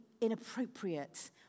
Inappropriate